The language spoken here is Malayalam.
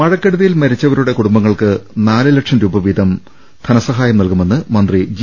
മഴക്കെടുതിയിൽ മരിച്ചവരുടെ കുടുംബങ്ങൾക്ക് നാലു ലക്ഷം രൂപ വീതം ധനസഹായം നൽകുമെന്ന് മന്ത്രി ജി